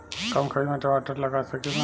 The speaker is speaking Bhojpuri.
कम खर्च में टमाटर लगा सकीला?